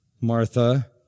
Martha